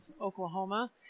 Oklahoma